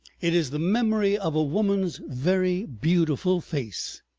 it is the memory of a woman's very beautiful face,